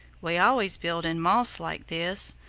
we always build in moss like this.